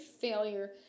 failure